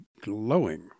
glowing